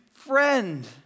friend